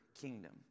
kingdom